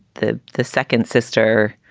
the the second sister,